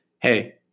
hey